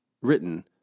written